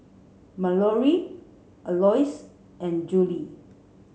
Mallorie Alois and Juli